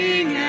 Sing